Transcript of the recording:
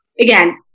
again